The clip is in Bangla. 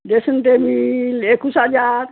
ড্রেসিং টেবিল একুশ হাজার